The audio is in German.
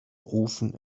ofen